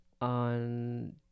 on